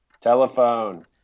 Telephone